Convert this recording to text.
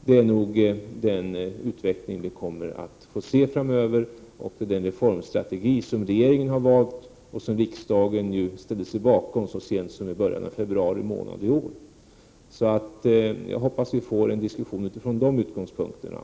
Det är nog den utveckling vi kommer att få se framöver. Det är den reformstrategi som regeringen har valt och som riksdagen nu ställde sig bakom så sent som i början av februari månad i år. Jag hoppas att vi får en diskussion utifrån dessa utgångspunkter.